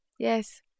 Yes